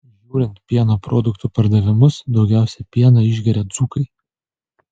žiūrint pieno produktų pardavimus daugiausiai pieno išgeria dzūkai